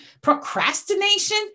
procrastination